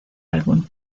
álbum